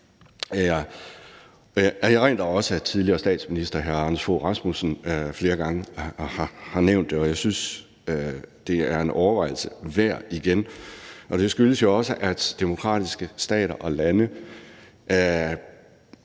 Jeg erindrer også, at tidligere statsminister hr. Anders Fogh Rasmussen flere gange har nævnt det. Jeg synes også, det igen er en overvejelse værd, og det skyldes jo også, at demokratiske stater og lande